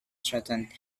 strengthened